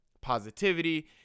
positivity